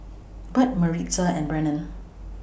Burt Maritza and Brennen